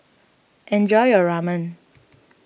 enjoy your Ramen